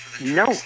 no